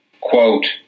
quote